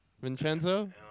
Vincenzo